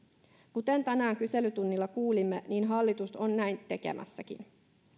kuten tänään kyselytunnilla kuulimme näin hallitus on tekemässäkin